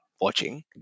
watching